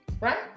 Right